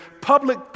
public